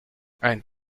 ein